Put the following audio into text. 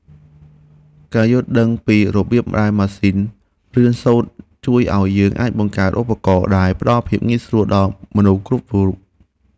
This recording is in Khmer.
ការយល់ដឹងពីរបៀបដែលម៉ាស៊ីនរៀនសូត្រជួយឱ្យយើងអាចបង្កើតឧបករណ៍ដែលផ្តល់ភាពងាយស្រួលដល់មនុស្សគ្រប់រូប។